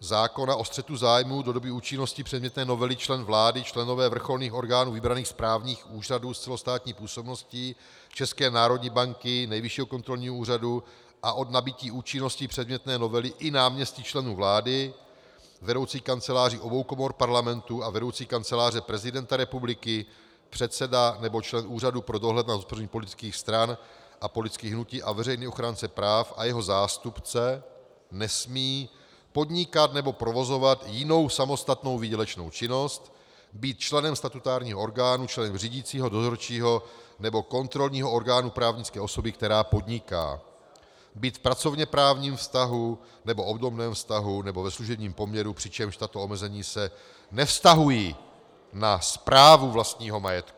zákona o střetu zájmů, do doby účinnosti předmětné novely, člen vlády, členové vrcholných orgánů vybraných správních úřadů s celostátní působností, České národní banky, Nejvyššího kontrolního úřadu a od nabytí účinnosti předmětné novely i náměstci členů vlády, vedoucí kanceláří obou komor Parlamentu a vedoucí Kanceláře prezidenta republiky, předseda nebo člen Úřadu pro dohled nad hospodařením politických stran a politických hnutí a veřejný ochránce práv a jeho zástupce nesmí: podnikat nebo provozovat jinou samostatnou výdělečnou činnost, být členem statutárního orgánu, členem řídicího, dozorčího nebo kontrolního orgánu právnické osoby, která podniká, být v pracovněprávním vztahu nebo obdobném vztahu nebo ve služebním poměru, přičemž tato omezení se nevztahují na správu vlastního majetku.